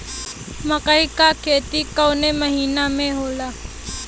मकई क खेती कवने महीना में होला?